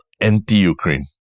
anti-Ukraine